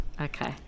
Okay